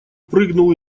прыгнул